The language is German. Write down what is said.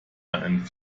man